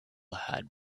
had